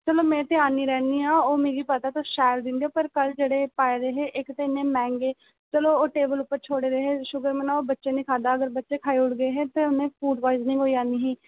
चलो में ते औन्नी रौह्न्नी आं ओह् ते मिगी पता शैल दिंदे पर फल जेह्ड़े पाए दे इक ते इन्ने मैंह्गे चलो ओह् टेबल पर छुड़े दे हे शुकर करो ओह् बच्चें निं खाद्धा ते बच्चे खाई ओड़दे हे ते उ'नें ई फूड़ प्वाईजनिंग होई जानी ही